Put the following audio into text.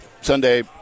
Sunday